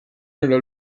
sulla